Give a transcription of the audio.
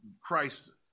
Christ